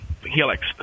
helix